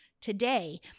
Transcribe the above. Today